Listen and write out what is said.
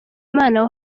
imana